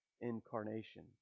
incarnation